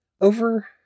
Over